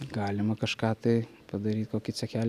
galima kažką tai padaryt kokį cechelį